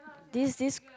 this this